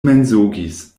mensogis